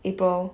april